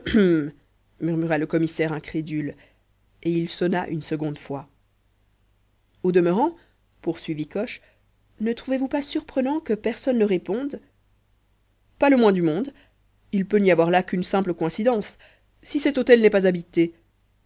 murmura le commissaire incrédule et il sonna une seconde fois au demeurant poursuivit coche ne trouvez-vous pas surprenant que personne ne réponde pas le moins du monde il peut n'y avoir là qu'une simple coïncidence si cet hôtel n'est pas habité